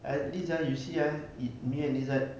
at least ah you see ah it me and izat